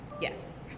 Yes